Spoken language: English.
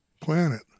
planet